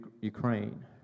Ukraine